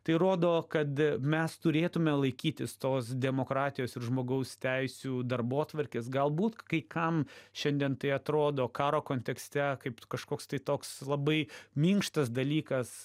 tai rodo kad mes turėtume laikytis tos demokratijos ir žmogaus teisių darbotvarkės galbūt kai kam šiandien tai atrodo karo kontekste kaip kažkoks tai toks labai minkštas dalykas